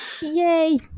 Yay